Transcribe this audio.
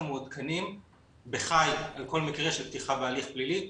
מעודכנים ב"חי" על כל מקרה של פתיחה בהליך פלילי,